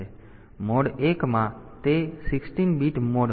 mode 1 માં તે 16 bit mode હતો